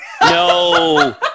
No